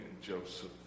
Joseph